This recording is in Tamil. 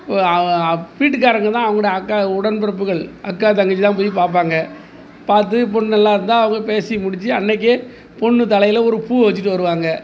வீட்டுக்காரங்க தான் அவங்கோட அக்கா உடன்பிறப்புகள் அக்கா தங்கச்சி தான் போய் பார்ப்பாங்க பார்த்து பொண்ணு நல்லா இருந்தால் அவங்க பேசி முடித்து அன்றைக்கே பொண்ணு தலையில் ஒரு பூ வச்சிட்டு வருவாங்க